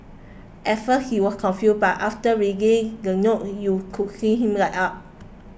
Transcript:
at first he was confused but after reading the note you could see him light up